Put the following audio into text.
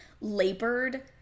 labored